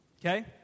Okay